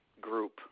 group